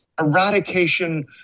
eradication